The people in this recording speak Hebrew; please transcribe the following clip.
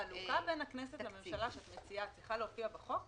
החלוקה בין הכנסת לממשלה שאת מציעה צריכה להופיע בחוק?